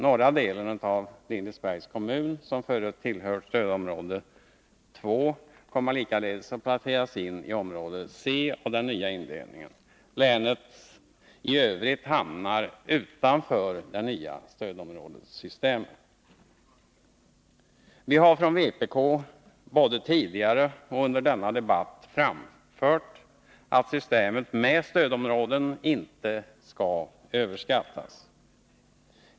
Norra delen av Lindesbergs kommun, som förut tillhört stödområde 2, kommer likaledes att placeras in inom område C enligt den nya indelningen. Länet i övrigt hamnar utanför det nya stödområdessystemet. Vi har från vpk, både tidigare och under denna debatt, framfört att systemet med stödområden inte skall överskattas.